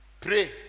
Pray